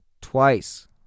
Twice